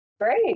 Great